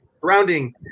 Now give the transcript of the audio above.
surrounding